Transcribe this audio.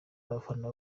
abafana